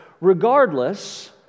regardless